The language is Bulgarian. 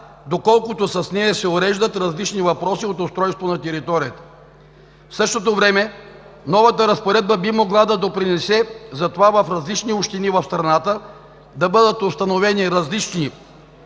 доколкото с нея се уреждат различни въпроси от устройство на територията. В същото време новата разпоредба би могла да допринесе за това в различни общини в страната да бъдат установени различни